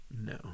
No